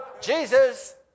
Jesus